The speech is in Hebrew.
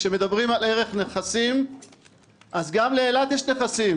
כשמדברים על ערך נכסים אז לאילת יש נכסים